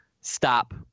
stop